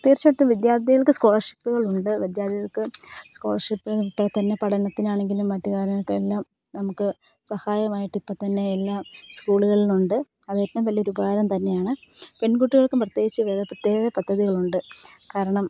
തീർച്ചയായിട്ടും വിദ്യാർത്ഥികൾക്ക് സ്കോളർഷിപ്പുകൾ ഉണ്ട് വിദ്യാർത്ഥികൾക്ക് സ്കോളർഷിപ്പ് ഇപ്പോൾത്തന്നെ പഠനത്തിനാണെങ്കിലും മറ്റു കാര്യങ്ങൾക്കെല്ലാം നമുക്ക് സഹായകമായിട്ട് ഇപ്പോൾത്തന്നെ എല്ലാ സ്കൂളുകളിലുണ്ട് അത് ഏറ്റവും വലിയ ഒരു ഉപകാരം തന്നെയാണ് പെൺകുട്ടികൾക്കും പ്രത്യേകിച്ച് പ്രത്യേക പദ്ധതികളുണ്ട് കാരണം